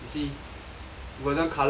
golden colour with a